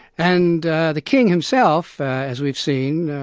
and the king himself as we've seen,